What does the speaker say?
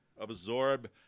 Absorb